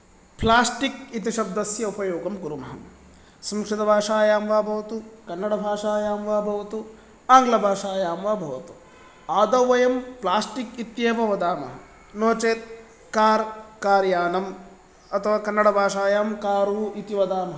plastic इति शब्दस्य उपयोगं कुर्मः संस्कृतभाषायां वा भवतु कन्नडभाषायां वा भवतु आङ्ग्लभाषायां वा भवतु आदौ वयं प्लास्टिक् इत्येव वदामः नो चेत् कार् कार् यानम् अथवा कन्नडभाषायां कारु इति वदामः